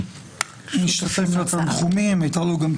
בכל זאת משרד המשפטים אמר: כן,